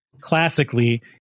classically